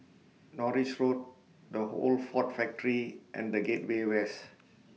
Norris Road The Old Ford Factory and The Gateway West